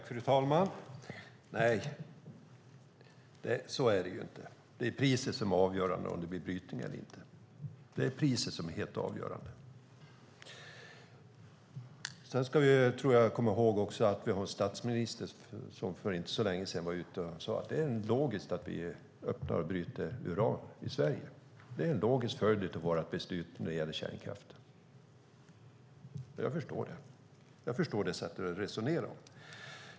Fru talman! Så är det inte. Det är priset som är avgörande för om det blir brytning eller inte. Det är priset som är helt avgörande. Sedan tror jag att vi ska komma ihåg att vi har en statsminister som för inte så länge sedan var ute och sade: Det är logiskt att vi öppnar för uranbrytning i Sverige. Det är en logisk följd av vårt beslut när det gäller kärnkraft. Jag förstår det sättet att resonera.